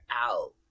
out